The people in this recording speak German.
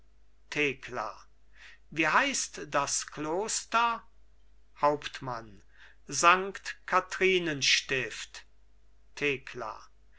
thekla wie heißt das kloster hauptmann sankt kathrinenstift thekla